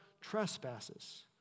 trespasses